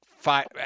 Five